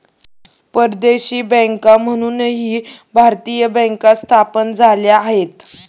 परदेशी बँका म्हणूनही भारतीय बँका स्थापन झाल्या आहेत